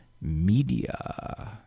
media